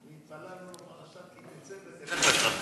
אני מכיר מישהו, והתפללנו: פרשת כי תצא ותלך לך.